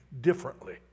differently